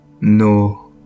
No